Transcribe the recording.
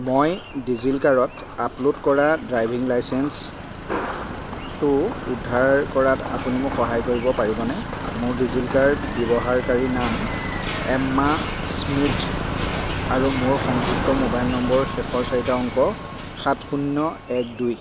মই ডিজিল'কাৰত আপলোড কৰা ড্ৰাইভিং লাইচেন্সটো উদ্ধাৰ কৰাত আপুনি মোক সহায় কৰিব পাৰিবনে মোৰ ডিজিল'কাৰ ব্যৱহাৰকাৰী নাম এম্মা স্মিথ আৰু মোৰ সংযুক্ত মোবাইল নম্বৰৰ শেষৰ চাৰিটা অংক সাত শূন্য এক দুই